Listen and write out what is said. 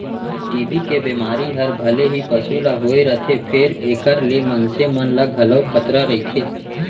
TB के बेमारी हर भले ही पसु ल होए रथे फेर एकर ले मनसे मन ल घलौ खतरा रइथे